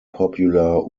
popular